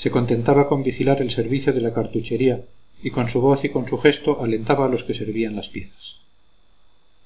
se contentaba con vigilar el servicio de la cartuchería y con su voz y con su gesto alentaba a los que servían las piezas